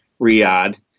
Riyadh